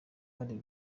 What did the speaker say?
bari